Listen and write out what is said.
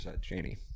Janie